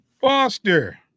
Foster